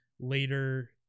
later